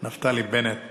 נפתלי בנט